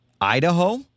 idaho